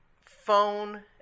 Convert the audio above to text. phone